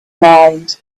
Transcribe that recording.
mind